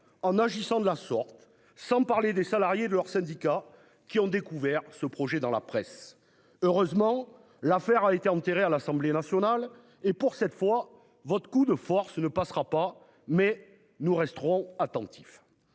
en agissant de la sorte. Sans parler des salariés de leurs syndicats, qui ont découvert ce projet dans la presse, heureusement. L'affaire a été enterré à l'Assemblée nationale et pour cette fois votre coup de force ne passera pas. Mais nous resterons attentifs